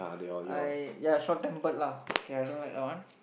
I ya short tempered lah K I don't like that one